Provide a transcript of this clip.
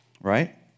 right